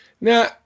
Now